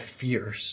fears